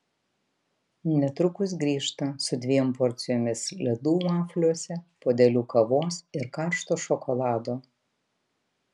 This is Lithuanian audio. netrukus grįžta su dviem porcijomis ledų vafliuose puodeliu kavos ir karšto šokolado